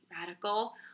radical